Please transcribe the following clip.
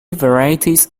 varieties